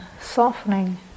softening